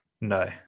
No